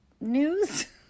news